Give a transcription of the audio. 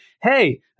hey